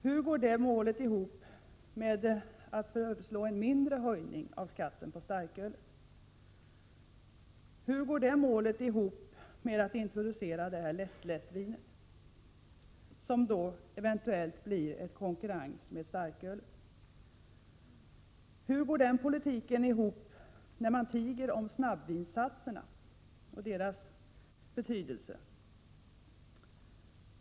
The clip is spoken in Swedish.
Hur går det ihop med förslaget om en mindre höjning av skatten på starkölet? Hur går det ihop med introduktionen av lättlättvinet, som eventuellt blir en konkurrent till starkölet? Hur går den politiken ihop med moderaternas tystnad i fråga om snabbvinsatserna och deras betydelse?